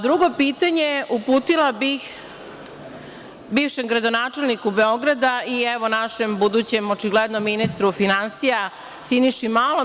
Drugo pitanje uputila bih bivšem gradonačelniku Beograda i, evo, našem budućem očigledno ministru finansija, Siniši Malom.